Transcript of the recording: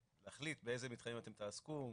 להחליט באיזה מתחמים אתם תעסקו,